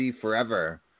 Forever